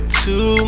two